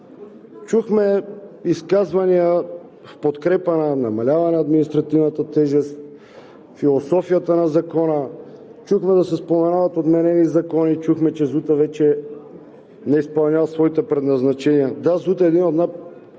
Чухме изказвания в подкрепа на намаляване административната тежест, философията на Закона, чухме да се споменават отменени закони, чухме, че ЗУТ-ът вече не изпълнява своите предназначения. Да, ЗУТ-ът е един от